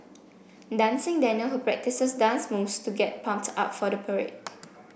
dancing Daniel who practices dance moves to get pumps up for the parade